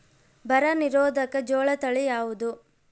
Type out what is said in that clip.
ಬರ ನಿರೋಧಕ ಜೋಳ ತಳಿ ಯಾವುದು?